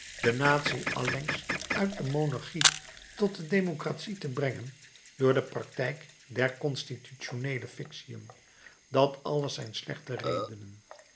de natie allengs uit de monarchie tot de democratie te brengen door de praktijk der constitutioneele fictiën dat alles zijn slechte redenen